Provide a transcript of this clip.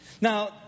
Now